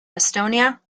estonia